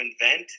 invent